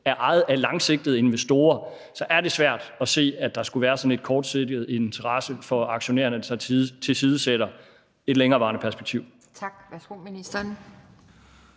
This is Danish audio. på det langsigtede. Så er det svært at se, at der skulle være sådan en kortsigtet interesse for aktionærerne, der tilsidesætter et længerevarende perspektiv.